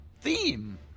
theme